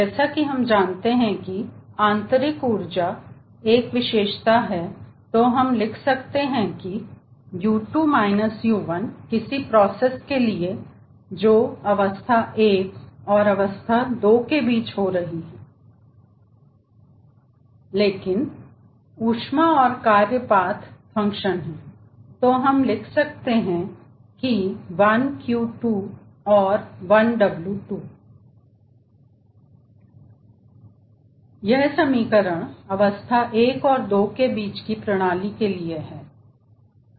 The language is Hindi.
जैसा कि हम जानते हैं की आंतरिक ऊर्जा एक विशेषता है तो हम लिख सकते हैं की किसी प्रोसेस के लिए जो अवस्था एक और अवस्था दो के बीच हो रही है लेकिन ऊष्मा और कार्य path फंक्शन है तो हम लिख सकते हैं 1Q 2 और 1W2 यह समीकरण अवस्था एक और 2 के बीच की प्रणाली के लिए है